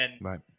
Right